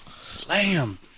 Slam